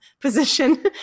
position